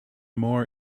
more